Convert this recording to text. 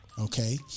Okay